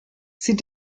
sie